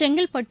Chengalpattu